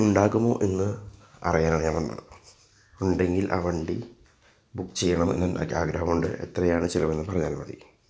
ഉണ്ടാകുമോ എന്ന് അറിയാനാണ് ഞാൻ വന്നത് ഉണ്ടെങ്കിൽ ആ വണ്ടി ബുക്ക് ചെയ്യണമെന്നുണ്ട് എനിക്കാഗ്രഹമുണ്ട് എത്രയാണ് ചിലവെന്ന് പറഞ്ഞാൽ മതി